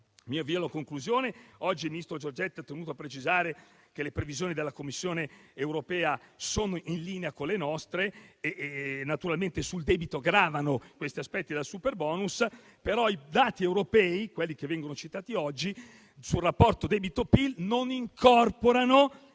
mi avvio alla conclusione - oggi il ministro Giorgetti ha tenuto a precisare che le previsioni della Commissione europea sono in linea con le nostre. Naturalmente sul debito gravano questi aspetti del superbonus, però i dati europei sul rapporto debito-PIL, quelli